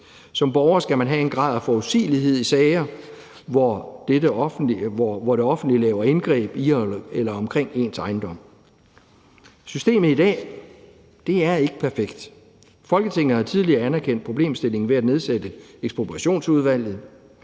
Som borger skal man have en vis grad af forudsigelighed i sager, hvor det offentlige laver indgreb i eller omkring ens ejendom. Systemet i dag er ikke perfekt. Folketinget har tidligere anerkendt problemstillingen ved at nedsætte Ekspropriationsudvalget.